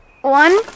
One